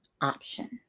option